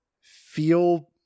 feel